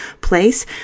place